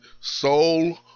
Soul